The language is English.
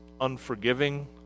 unforgiving